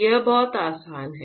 यह बहुत आसान है